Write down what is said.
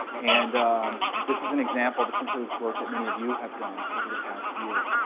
and this is an example. this includes work that many of you have done over the past year.